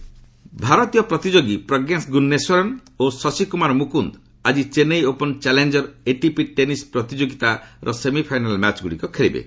ATP ଟେନ୍ସିଲ୍ ଭାରତୀୟ ପ୍ରତିଯୋଗୀ ପ୍ରଜ୍ଜେଶ ଗୁନ୍ନେଶ୍ୱରନ୍ ଓ ଶଶିକୁମାର ମୁକୁନ୍ଦ ଆଜି Chennai Open Challenger ATP tennis ପ୍ରତିଯୋଗିତାର ସେମିଫାଇନାଲ୍ ମ୍ୟାଚ୍ଗୁଡ଼ିକ ଖେଳିବେ